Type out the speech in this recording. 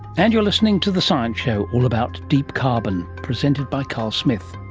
and you're listening to the science show, all about deep carbon, presented by carl smith.